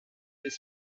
des